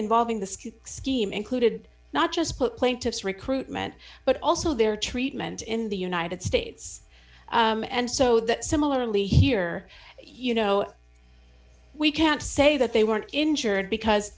involving the scheme included not just put plaintiffs recruitment but also their treatment in the united states and so that similarly here you know we can't say that they weren't injured because